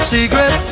Secret